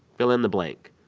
fill in the blank.